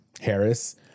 Harris